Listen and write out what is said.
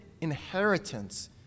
inheritance